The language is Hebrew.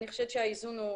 אני חושב שהאיזון הוא